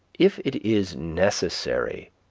if it is necessary,